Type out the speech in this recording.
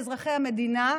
מאזרחי המדינה,